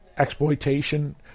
exploitation